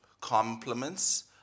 compliments